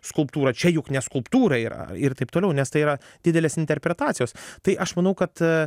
skulptūra čia juk ne skulptūra yra ir taip toliau nes tai yra didelės interpretacijos tai aš manau kad